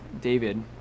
David